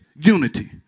Unity